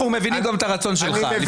אבל כאשר הוא עונה לך ואומר: אתה לא